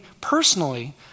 personally